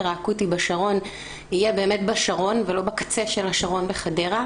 האקוטי בשרון יהיה באמת בשרון ולא בקצה של השרון בחדרה,